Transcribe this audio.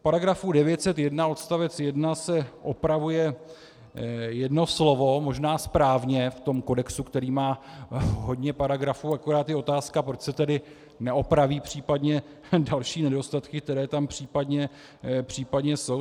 V § 901 odst. 1 se opravuje jedno slovo, možná správně v tom kodexu, který má hodně paragrafů, akorát je otázka, proč se neopraví případně další nedostatky, které tam případně jsou.